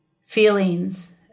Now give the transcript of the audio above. feelings